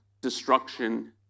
destruction